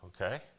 okay